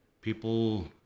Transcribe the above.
people